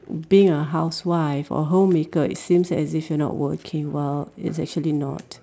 being a housewife or homemaker it feels as if you are not working well it's actually not